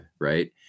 right